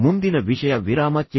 ಮುಂದಿನ ವಿಷಯ ವಿರಾಮ ಚಿಹ್ನೆ